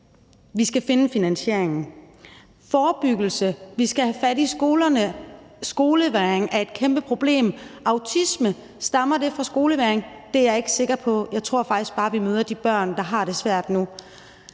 vi skal finde finansieringen. Der er forebyggelse; vi skal have fat i skolerne; skolevægring er et kæmpe problem. Stammer autisme fra skolevægring? Det er jeg ikke sikker på. Jeg tror faktisk bare, vi møder de børn, der har det svært nu.